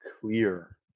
clear